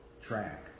track